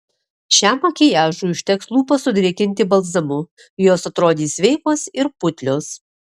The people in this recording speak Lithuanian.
šiam makiažui užteks lūpas sudrėkinti balzamu jos atrodys sveikos ir putlios